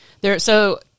there—so—